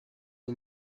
اون